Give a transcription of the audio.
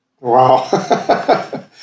Wow